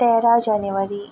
तेरा जानेवारी